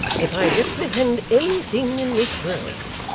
if i reprehend any thing in this world,